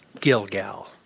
Gilgal